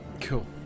Cool